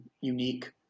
unique